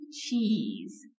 cheese